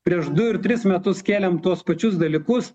prieš du ir tris metus kėlėm tuos pačius dalykus